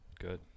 Good